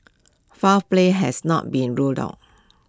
foul play has not been ruled out